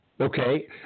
Okay